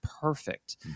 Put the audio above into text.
perfect